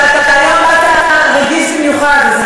אבל היום באת רגיז במיוחד,